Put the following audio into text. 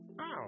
Oh